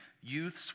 youths